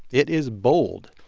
it is bold.